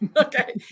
Okay